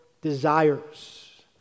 desires